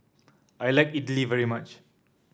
I like idly very much